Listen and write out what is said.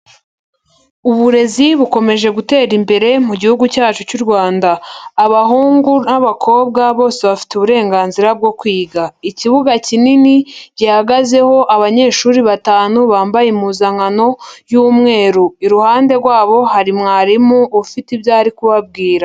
Uburezi bukomeje gutera imbere mu gihugu cyacu cy'u Rwanda. Abahungu n'abakobwa bose bafite uburenganzira bwo kwiga. Ikibuga kinini gihagazeho abanyeshuri batanu bambaye impuzankano y'umweru. Iruhande rwabo hari mwarimu ufite ibyo ari kubabwira.